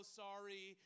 sorry